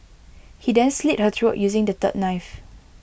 he then slit her throat using the third knife